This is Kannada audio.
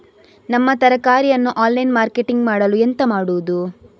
ನಮ್ಮ ತರಕಾರಿಯನ್ನು ಆನ್ಲೈನ್ ಮಾರ್ಕೆಟಿಂಗ್ ಮಾಡಲು ಎಂತ ಮಾಡುದು?